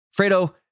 Fredo